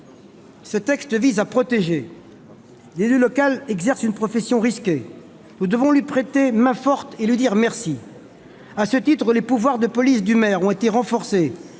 ce texte vise à protéger. L'élu local exerce une profession risquée. Nous devons lui prêter main-forte et le remercier. À ce titre, les pouvoirs de police du maire ont été renforcés.